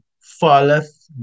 far-left